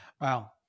Wow